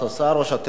או שאתם רוצים,